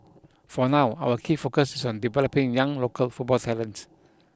for now our key focus is on developing young local football talent